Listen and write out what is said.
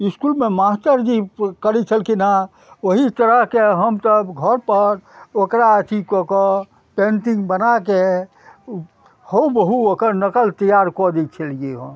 इसकुलमे मास्टर जी करय छलखिन हँ ओहि तरहके हमसभ घरपर ओकरा अथीकऽ कऽ पेन्टिंग बनाके हु बहु ओकर नकल तैयार कऽ दै छलियै हँ